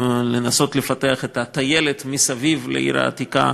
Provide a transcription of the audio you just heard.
לנסות לפתח את הטיילת מסביב לעיר העתיקה,